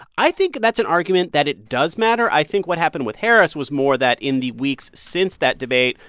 i think that's an argument that it does matter. i think what happened with harris was more that, in the weeks since that debate,